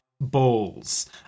balls